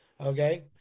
Okay